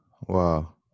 Wow